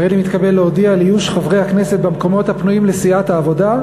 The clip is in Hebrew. הריני מתכבד להודיע על איוש מקומות הפנויים לסיעת העבודה,